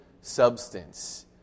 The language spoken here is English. substance